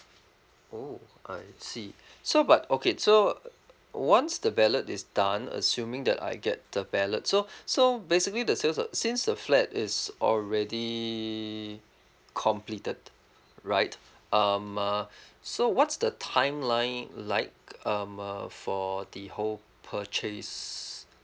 oh I see so but okay so once the ballot is done assuming that I get the ballot so so basically the sales uh since the flat is already completed right um uh so what's the timeline like um uh for the whole purchase